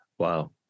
Wow